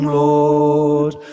lord